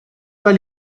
pas